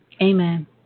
Amen